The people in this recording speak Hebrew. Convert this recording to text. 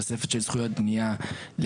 וזה כדי בעצם שהתכנון מראש יהיה נכון יותר,